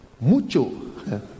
mucho